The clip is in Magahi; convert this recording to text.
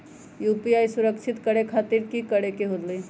यू.पी.आई सुरक्षित करे खातिर कि करे के होलि?